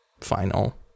final